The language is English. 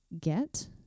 get